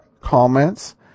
comments